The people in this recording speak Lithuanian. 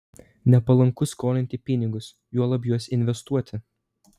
nepalanku skolinti pinigus juolab juos investuoti